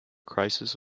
crisis